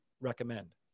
recommend